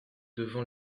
devant